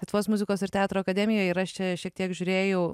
lietuvos muzikos ir teatro akademijoj ir aš čia šiek tiek žiūrėjau